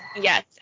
yes